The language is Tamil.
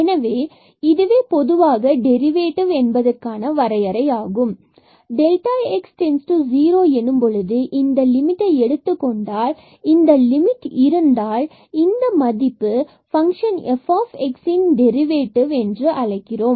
எனவே இதுவே பொதுவாக டெரிவேட்டிவ் என்பதற்கான வரையறை ஆகும் எனவே x→0 எனும் பொழுது இந்த லிமிட்டை எடுத்துக்கொண்டால் இந்த லிமிட் இருந்தால் இந்த மதிப்பு ஃபன்க்ஷன் fx ன் டிரைவேட்டிவ் என்று அழைக்கிறோம்